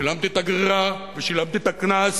שילמתי את הגרירה ושילמתי את הקנס.